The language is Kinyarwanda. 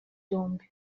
byombi